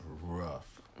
rough